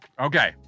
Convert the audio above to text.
okay